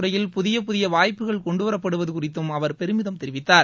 துறையில் புதிய புதிய வாய்ப்புகள் கொண்டுவரப்படுவது குறித்தும் அவர் பெருமிதம் சுற்றுலாத் தெரிவித்தார்